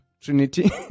Trinity